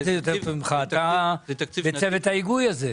כל משרד מנהל את התקציב שלו וקובע את סדרי העדיפויות שלו.